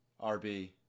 RB